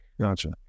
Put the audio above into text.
Gotcha